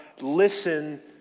listen